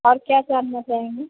और क्या जानना चाहेंगी